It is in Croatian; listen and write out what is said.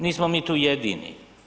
Nismo mi tu jedini.